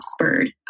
spurred